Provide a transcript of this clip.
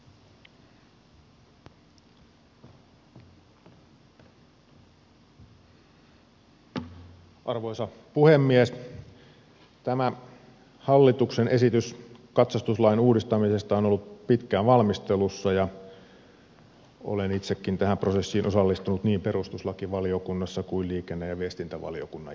tä mä hallituksen esitys katsastuslain uudistamisesta on ollut pitkään valmistelussa ja olen itsekin tähän prosessiin osallistunut niin perustuslakivaliokunnassa kuin liikenne ja viestintävaliokunnan jäsenenäkin